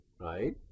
right